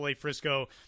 Frisco